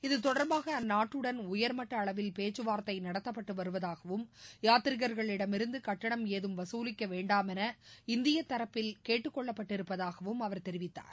இதுதொடர்பாக அந்நாட்டுடன் உயர்மட்ட அளவில் பேச்சுவார்த்தை நடத்தப்பட்டு வருவதாகவும் யாத்ரீகர்களிடம் இருந்து கட்டணம் ஏதும் வசூலிக்க வேண்டாம் என இந்திய தரப்பில் கேட்டுக் கொள்ளப்பட்டிருப்பதாகவும் அவர் தெரிவித்தார்